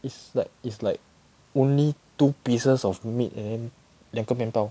is like is like only two pieces of meat and then 两个面包